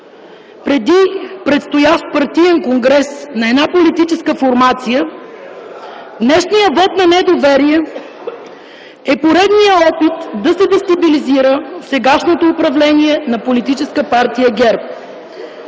преди предстоящ партиен конгрес на една политическа формация, днешният вот на недоверие е поредният опит да се дестабилизира сегашното управление на Политическа партия ГЕРБ.